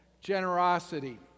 generosity